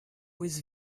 was